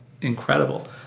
incredible